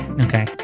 Okay